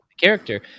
character